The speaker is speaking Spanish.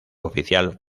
oficial